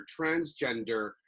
transgender